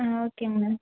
ஆ ஓகேங்கண்ணா